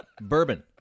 bourbon